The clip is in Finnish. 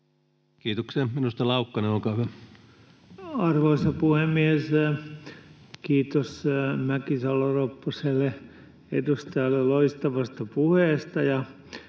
Kiitoksia. — Edustaja Laukkanen, olkaa hyvä. Arvoisa puhemies! Kiitos edustaja Mäkisalo-Ropposelle loistavasta puheesta,